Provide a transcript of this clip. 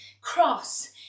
cross